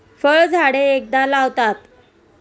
फळझाडे एकदा लावतात